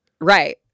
Right